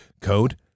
code